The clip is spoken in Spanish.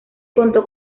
contó